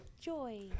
Joy